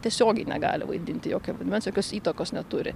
tiesiogiai negali vaidinti jokio vaidmens jokios įtakos neturi